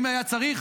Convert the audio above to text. אם היה צריך,